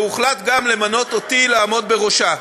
והוחלט גם למנות אותי לעמוד בראשה.